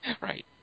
Right